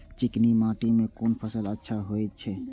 चिकनी माटी में कोन फसल अच्छा होय छे?